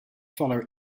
follow